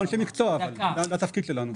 אנחנו אנשי מקצוע אבל, זה התפקיד שלנו.